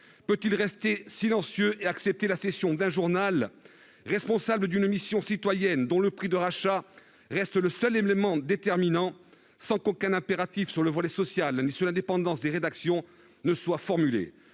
peut-il rester silencieux et accepté la cession d'un journal, responsable d'une émission citoyenne dont le prix de rachat reste le seul élément déterminant sans qu'aucun impératif sur le volet social sur l'indépendance des rédactions ne soit formulée,